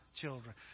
children